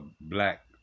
black